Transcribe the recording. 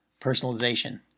Personalization